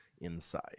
inside